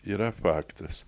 yra faktas